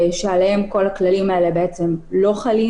שעליהם כל הכללים האלה לא חלים.